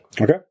Okay